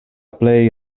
plej